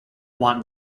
want